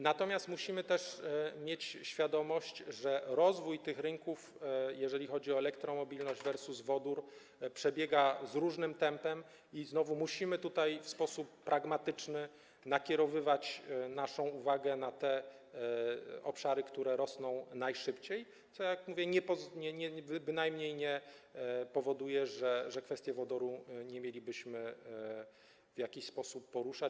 Natomiast musimy też mieć świadomość, że rozwój tych rynków, jeżeli chodzi o elektromobilność versus wodór, przebiega w różnym tempie i że znowu musimy tutaj w sposób pragmatyczny nakierowywać naszą uwagę na te obszary, które rozwijają się najszybciej, co - jak już powiedziałem - bynajmniej nie powoduje tego, że kwestii wodoru nie mielibyśmy w jakiś sposób poruszać.